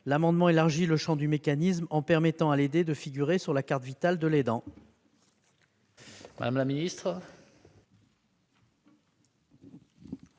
L'amendement tend à élargir le champ du mécanisme, en permettant à l'aidé de figurer sur la carte Vitale de l'aidant.